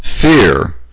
fear